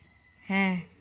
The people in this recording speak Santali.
ᱦᱮᱸ